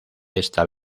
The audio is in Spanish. esta